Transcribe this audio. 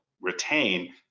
retain